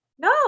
no